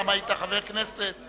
פעם היית חבר כנסת.